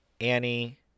Annie